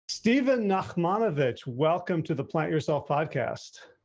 stephen nachmanovitch, welcome to the plant yourself podcast.